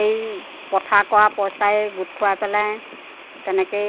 এই পথাৰ কৰা পইচাই গোট খুৱাই পেলাই তেনেকেই